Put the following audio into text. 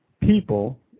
people